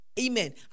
Amen